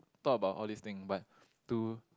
talk about all these thing but to